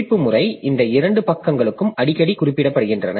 குறிப்பு முறை இந்த இரண்டு பக்கங்களும் அடிக்கடி குறிப்பிடப்படுகின்றன